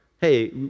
hey